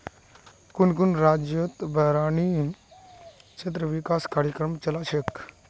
कुन कुन राज्यतत बारानी क्षेत्र विकास कार्यक्रम चला छेक